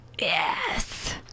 Yes